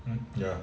hmm ya